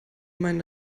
meinen